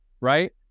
right